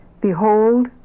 Behold